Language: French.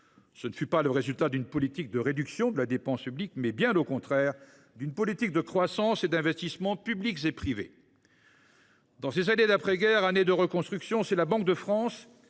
%: c’était le résultat non pas d’une politique de réduction de la dépense publique, mais, bien au contraire, d’une politique de croissance et d’investissements tant publics que privés. Dans ces années d’après guerre, vouées à la reconstruction, c’est la Banque de France,